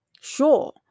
Sure